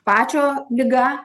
pačio liga